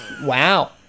Wow